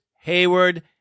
Hayward